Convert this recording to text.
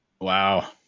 Wow